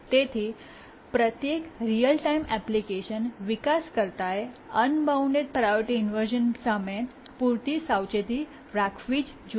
તેથી પ્રત્યેક real time application વિકાસકર્તાએ અનબાઉન્ડ પ્રાયોરિટી ઇન્વર્શ઼ન સામે પૂરતી સાવચેતી રાખવી જ જોઇએ